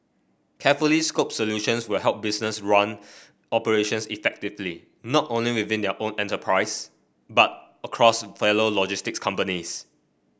carefully scoped solutions will help businesses run operations effectively not only within their own enterprise but across fellow logistics companies